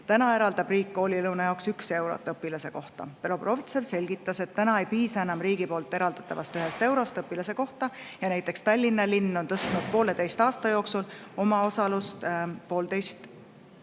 eraldab riik koolilõuna jaoks 1 euro õpilase kohta. Belobrovtsev selgitas, et enam ei piisa riigi poolt eraldatavast 1 eurost õpilase kohta ja näiteks Tallinna linn on tõstnud pooleteise aasta jooksul oma osalust kaks